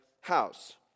house